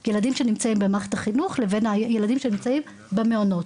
כי ילדים שנמצאים במערכת החינוך לבין הילדים שנמצאים במעונות,